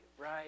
right